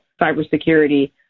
cybersecurity